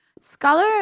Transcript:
scholar